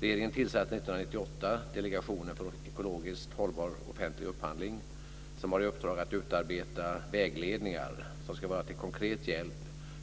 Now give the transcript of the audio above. Regeringen tillsatte 1998 Delegationen för ekologiskt hållbar offentlig upphandling som har i uppdrag att utarbeta vägledningar som ska vara till konkret hjälp